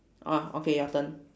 orh okay your turn